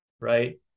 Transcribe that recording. right